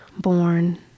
born